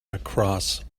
across